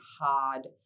hard